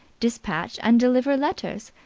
despatch and deliver letters.